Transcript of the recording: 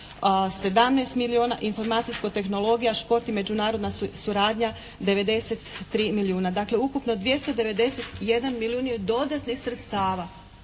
17 milijuna, informacijsko, tehnologija, šport i međunarodna suradnja 93 milijuna. Dakle, ukupno 291 milijun dodatnih sredstava.